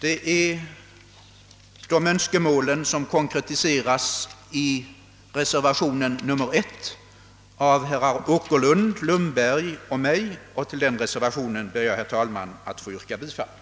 Det är de önskemålen som konkretiseras i reservation nr 1 av herrar Åkerlund, Lundberg och mig, och till den reservationen ber jag, herr talman, att få yrka bifall.